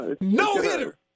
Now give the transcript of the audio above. no-hitter